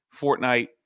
Fortnite